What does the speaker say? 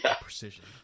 Precision